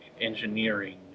engineering